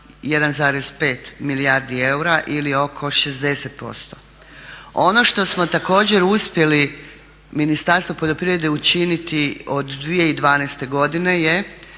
1,5 milijardi eura ili oko 60%. Ono što smo također uspjeli Ministarstvo poljoprivrede učiniti od 2012. godine je